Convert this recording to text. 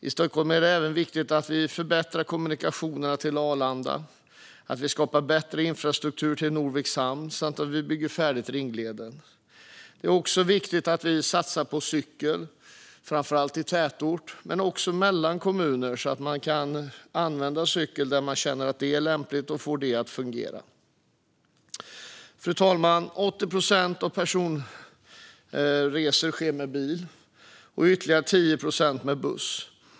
I Stockholm är det även viktigt att vi förbättrar kommunikationerna till Arlanda, skapar bättre infrastruktur till Norviks hamn och bygger färdigt ringleden. Det är också viktigt att vi satsar på cykel, framför allt i tätort men också mellan kommuner, så att man kan använda cykel där man känner att det är lämpligt och får det att fungera. Fru talman! 80 procent av personresorna sker med bil och ytterligare 10 procent med buss.